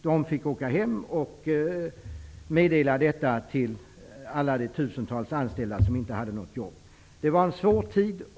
De fick åka hem och meddela detta till alla de tusentals anställda som inte hade något jobb. Det var en svår tid.